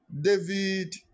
David